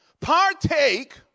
Partake